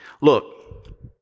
Look